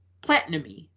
Platinum-y